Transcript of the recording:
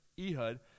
Ehud